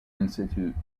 institutes